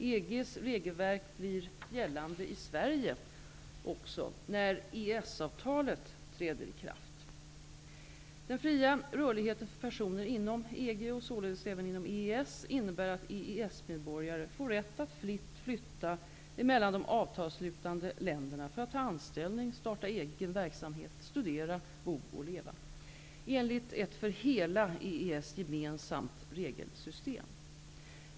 EG:s regelverk blir gällande även i Sverige när EES-avtalet träder i kraft. Den fria rörligheten för personer inom EG, och således även inom EES, innebär att EES medborgare får rätt att fritt flytta mellan de avtalsslutande länderna för att ta anställning, starta egen verksamhet, studera, bo och leva -- enligt ett för hela EES gemensamt regelsystem.